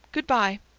good-bye!